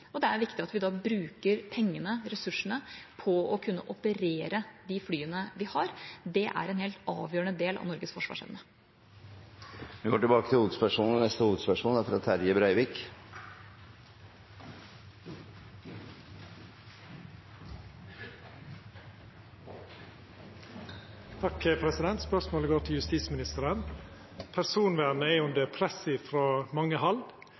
og det er viktig at vi da bruker pengene og ressursene på å kunne operere de flyene vi har. Det er en helt avgjørende del av Norges forsvarsevne. Vi går til neste hovedspørsmål. Spørsmålet går til justisministeren. Personvernet er under press frå mange